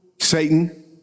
Satan